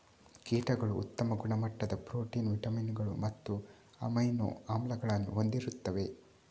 ಕೀಟಗಳು ಉತ್ತಮ ಗುಣಮಟ್ಟದ ಪ್ರೋಟೀನ್, ವಿಟಮಿನುಗಳು ಮತ್ತು ಅಮೈನೋ ಆಮ್ಲಗಳನ್ನು ಹೊಂದಿರುತ್ತವೆ